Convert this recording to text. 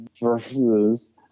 versus